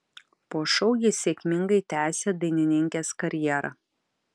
po šou ji sėkmingai tęsė dainininkės karjerą